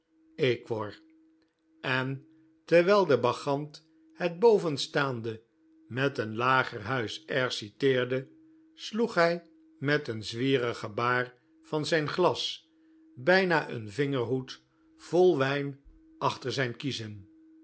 aeqtior en terwijl de bacchant het bovenstaande met een lagerhuis air citeerde sloeg hij met een zwierig gebaar vs i zijn glas bijna een vingerhoed vol wijn achter zijn kiezen